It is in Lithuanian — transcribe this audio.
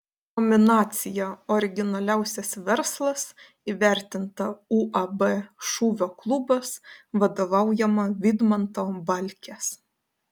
nominacija originaliausias verslas įvertinta uab šūvio klubas vadovaujama vidmanto balkės